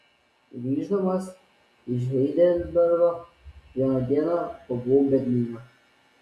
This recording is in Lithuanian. grįždamas iš heidelbergo vieną dieną pabuvau berlyne